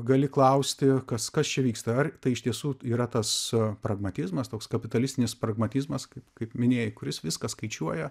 gali klausti kas kas čia vyksta ar tai iš tiesų yra tas pragmatizmas toks kapitalistinis pragmatizmas kaip minėjai kuris viską skaičiuoja